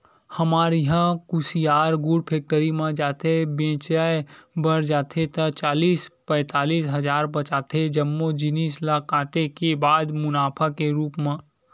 हमर इहां कुसियार गुड़ फेक्टरी म जाथे बेंचाय बर जाथे ता चालीस पैतालिस हजार बचथे जम्मो जिनिस ल काटे के बाद मुनाफा के रुप म